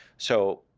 so